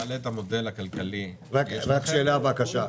תעלה את המודל הכלכלי --- רק שאלה בבקשה,